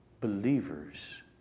believers